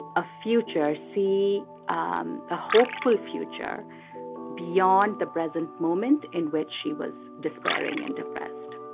a future, see um the hopeful future beyond the present moment in which she was despairing and depressed